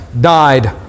died